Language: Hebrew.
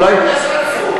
אולי, יש עצור.